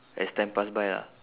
as time pass by ah